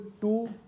two